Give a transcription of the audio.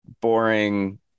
boring